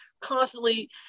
constantly